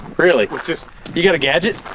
really? you've got a gadget?